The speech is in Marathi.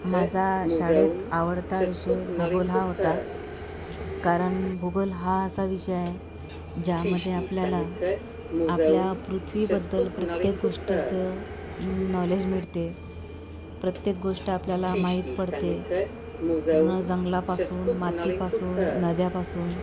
माझा शाळेत आवडता विषय भूगोल हा होता कारण भूगोल हा असा विषय आहे ज्यामध्ये आपल्याला आपल्या पृथ्वीबद्दल प्रत्येक गोष्टीचं नॉलेज मिळते प्रत्येक गोष्ट आपल्याला माहित पडते पूर्ण जंगलापासून मातीपासून नद्यापासून